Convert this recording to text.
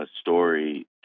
story